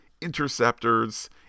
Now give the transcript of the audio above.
interceptors